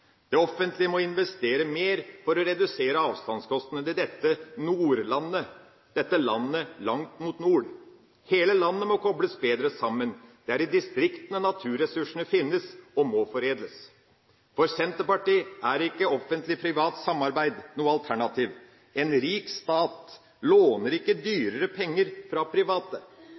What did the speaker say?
Det offentlige må investere mer for å redusere avstandskostnadene til dette nordlandet – dette landet langt mot nord. Hele landet må kobles bedre sammen. Det er i distriktene naturressursene finnes og må foredles. For Senterpartiet er ikke Offentlig Privat Samarbeid noe alternativ. En rik stat låner ikke dyrere penger fra private.